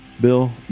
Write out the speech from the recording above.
Bill